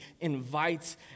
invites